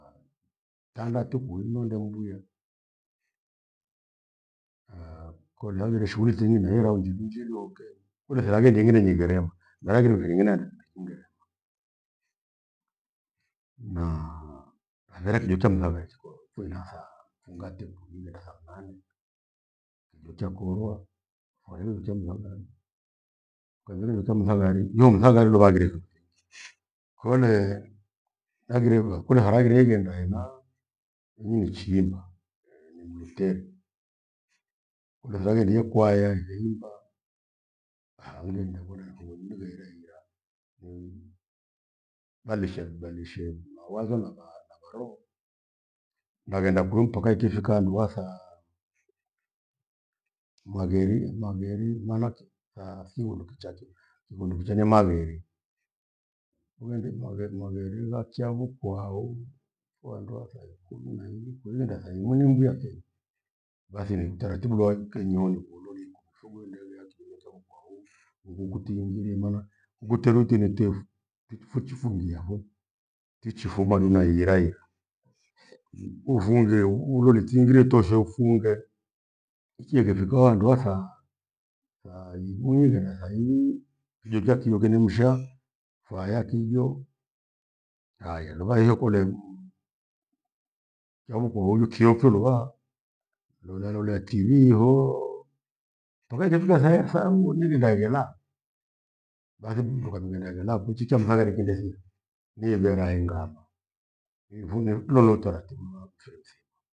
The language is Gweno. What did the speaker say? Tanda tuku kuino ndembwie kole hangire shughuli tinginye nairo handu njibidu duhonge. Kindu thilaghi njighine nigherema miraghire keni nang'neda nikaghenda. Naa highare kijo cha mthave chikoro kwinathaa fungate kuliwia thaa mnane. Kijo chakorwa kwahiyo uchami waghara ukavia mtho mthangari nyio mthangari luva haghire. Kole haghire we kuna haraghire ighenda ena inyi nichiimba eh! nimlutheri. Unevaghende he kwaya nire imba, haunde ndagona kilo mndu ghere hia hei valesha lughanisha mawazo nava- navaroo nagheda kurutuka ikifika handu wathaa, magheri- magheri maana ki- thathiundu kichache kighundu chenye magheri. Niwendi maghe- magheri vakiavoko kohao kwandu wathaikumia na imwi kuinda thaimuni mbwia keyi. Bathi ni utaratibu lua- ikenyi wonyi ulolie fughende wia kijo kyako kwawoo hungukutiingirie maana ughute ruti nitefu ichifuchi fungia ho ichifumwa du naihira hia. ufunge uroritingire toshe ufughe ichievifika kwa wandu wathaa- thaa idu ivena thahii kijo kyakio kendemshaa kwaya kijo haya luva hiyo kole kyavuku huoju kiothulovaa. Ilolea loea Tv hoo! toke indefika thaya thaya nivigha eghelaa. Bathi mndu kavika neghe laa kuchicha mthaghare kindethi niighere hengama ivunie ilolo utaratibu wa firi mthima.